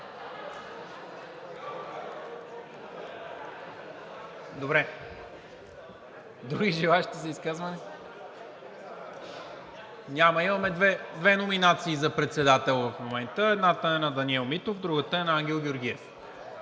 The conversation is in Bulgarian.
МИНЧЕВ: Други желаещи за изказване? Няма. Имаме две номинации за председател в момента – едната е на Даниел Митов, а другата е на Ангел Георгиев.